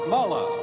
Mala